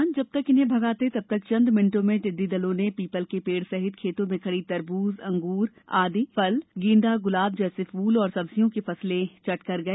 किसान जब तक इन्हें भगाते तब तक चंद मिनटों में टिड्डी दलों ने पीपल के पेड़ सहित खेतों में खड़ी तरबूज अंगूर आदि फल गेंदा ग्लाब आदि फ्ल और सब्जियों की फसलें चट कर गए